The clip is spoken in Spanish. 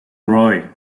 roy